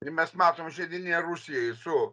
ir mes matom šiandieninėj rusijoj su